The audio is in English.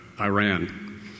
Iran